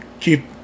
keep